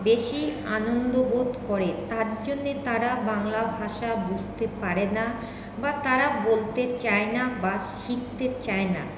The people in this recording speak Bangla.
বেশী আনন্দ বোধ করে তার জন্যে তারা বাংলা ভাষা বুঝতে পারে না বা তারা বলতে চায় না বা শিখতে চায় না